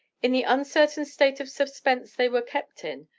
in the uncertain state of suspense they were kept in,